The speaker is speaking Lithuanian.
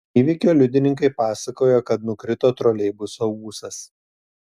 įvykio liudininkai pasakojo kad nukrito troleibuso ūsas